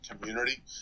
community